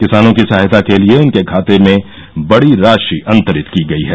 किसानों की सहायता के लिए उनके खाते में बड़ी राशि अंतरित की गई है